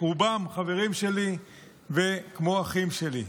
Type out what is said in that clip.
ורובם חברים שלי כמו אחים שלי.